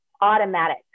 automatic